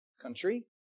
country